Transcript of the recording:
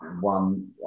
one